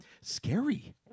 scary